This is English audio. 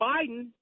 Biden